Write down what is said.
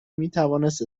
میتوانست